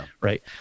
Right